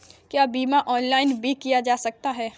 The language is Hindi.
क्या बीमा ऑनलाइन भी किया जा सकता है?